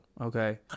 Okay